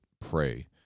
pray